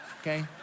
Okay